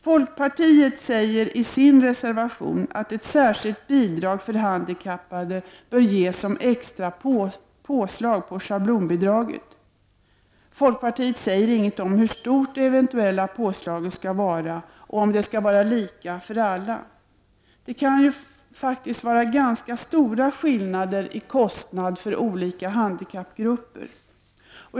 Folkpartiet säger i sin reservation att ett särskilt bidrag för handikappade bör ges som extra påslag på schablonbidraget. Folkpartiet säger inget om hur stort det eventuella påslaget skulle vara och om det skall vara lika för alla. Det kan ju faktiskt vara ganska stora skillnader i kostnad för olika handikappgrupper.